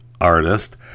artist